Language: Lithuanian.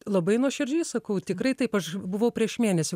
labai nuoširdžiai sakau tikrai taip aš buvau prieš mėnesį